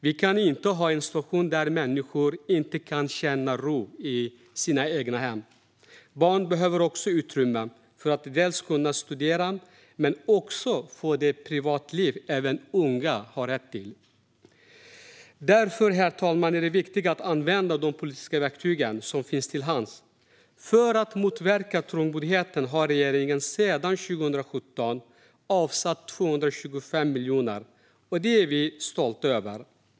Vi kan inte ha en situation där människor inte kan känna ro i sina egna hem. Barn behöver också utrymme, dels för att kunna studera, dels för att få det privatliv som även unga har rätt till. Därför, herr talman, är det viktigt att använda de politiska verktyg som finns till hands. För att motverka trångboddheten har regeringen sedan 2017 avsatt 225 miljoner. Det är vi stolta över.